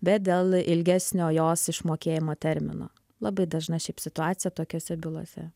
bet dėl ilgesnio jos išmokėjimo termino labai dažna šiaip situacija tokiose bylose